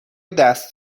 دست